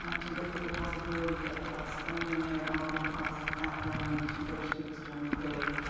um to look at the possibility of us going in there and offering classes at browning to their students during the day.